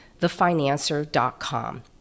thefinancer.com